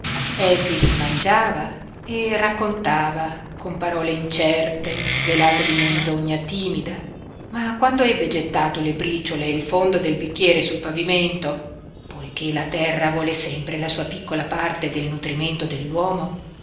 efix mangiava e raccontava con parole incerte velate di menzogna timida ma quando ebbe gettato le briciole e il fondo del bicchiere sul pavimento poiché la terra vuole sempre la sua piccola parte del nutrimento